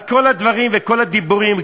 אז כל הדברים וכל הדיבורים,